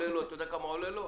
אתה יודע כמה זה עולה לו?